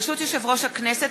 ברשות יושב-ראש הכנסת,